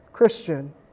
Christian